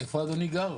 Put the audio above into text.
איפה אדוני גר?